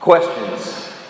questions